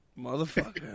motherfucker